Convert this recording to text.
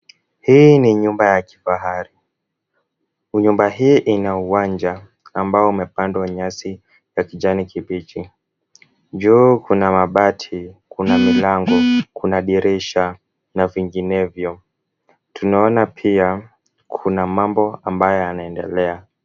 Hii ni nyumba ya kifahari. Nyumba hii ina uwanja ambao umepandwa nyasi ya kijani kibichi. Juu kuna mabati, kuna milango, kuna dirisha, na vinginevyo. Tunaona pia kuna mambo ambayo yanaendelea.